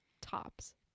tops